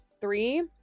three